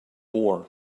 war